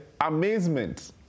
amazement